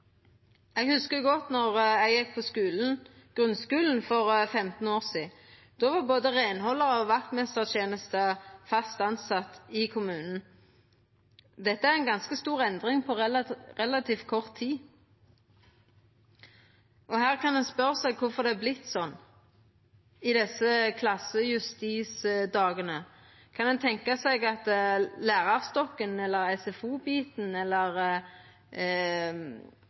Då var både reinhaldarar og vaktmeistrar fast tilsette i kommunen. Dette er ei ganske stor endring på relativt kort tid. Ein kan spørja seg kvifor det har vorte slik – i desse klassejustisdagar. Kunne ein tenkja seg at lærarstokken, SFO-biten eller